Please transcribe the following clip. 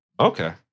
Okay